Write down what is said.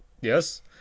Yes